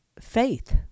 faith